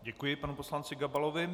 Děkuji panu poslanci Gabalovi.